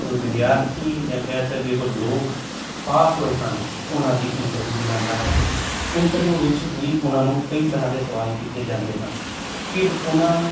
ਵਿਦਿਆਰਥੀ ਜਾਂ ਕਹਿ ਸਕਦੇ ਹੋ ਲੋਕ ਪਾਸ ਹੋਏ ਹਨ ਉਹਨਾਂ ਦੀ ਇੰਟਰਵਿਊ ਬੁਲਾਉਂਦਾ ਹੈ ਇੰਟਰਵਿਊ ਵਿੱਚ ਵੀ ਉਹਨਾਂ ਨੂੰ ਕਈ ਤਰ੍ਹਾਂ ਦੇ ਸਵਾਲ ਕੀਤੇ ਜਾਂਦੇ ਹਨ ਫਿਰ ਉਹਨਾਂ